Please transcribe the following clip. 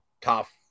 tough